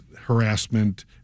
harassment